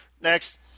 Next